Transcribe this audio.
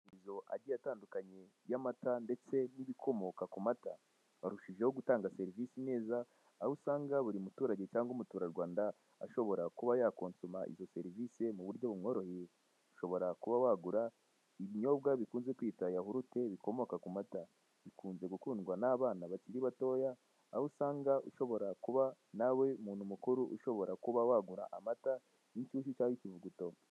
Rizo agiye atandukanye y'amata ndetse n'ibikomoka ku mata arushijeho gutanga serivisi neza, aho usanga buri muturage cyangwa umuturarwanda ashobora kuba yakosoma izo serivisi mu buryo bumworoye, ushobora kuba wagura ibinyobwa bikunze kwita yahurute bikomoka ku mata, bikunze gukundwa n'abana bakiri batoya aho usanga ushobora kuba nawe umuntu mukuru ushobora kuba wagura amata y'igishyushyu cyangwa ikivuguto.